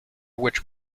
which